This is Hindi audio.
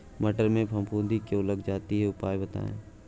मटर में फफूंदी क्यो लग जाती है उपाय बताएं?